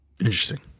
Interesting